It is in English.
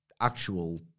actual